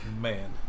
Man